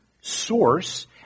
source